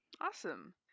Awesome